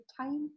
time